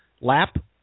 lap